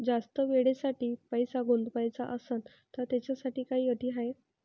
जास्त वेळेसाठी पैसा गुंतवाचा असनं त त्याच्यासाठी काही अटी हाय?